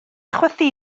chwythu